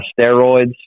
steroids